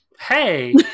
Hey